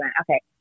Okay